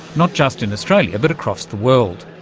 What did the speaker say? not just in australia, but across the world.